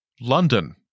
London